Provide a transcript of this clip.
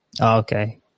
Okay